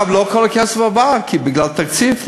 לא כל הכסף עבר, בגלל תקציב.